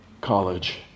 College